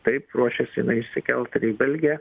taip ruošiasi išsikelt į belgiją